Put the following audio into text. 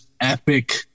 epic